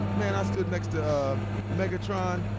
man, i stood next to megatron